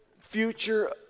future